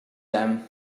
them